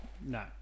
No